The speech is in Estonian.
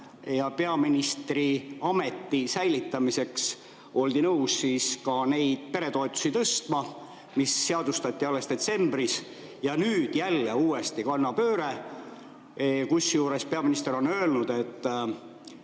ja peaministri ameti säilitamiseks oldi nõus tõstma ka neid peretoetusi, mis seadustati alles detsembris. Ja nüüd jälle kannapööre. Kusjuures peaminister on öelnud, et